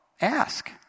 Ask